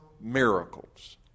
miracles